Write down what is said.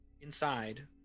Inside